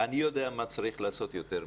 תשמע, אני יודע מה צריך לעשות יותר ממך.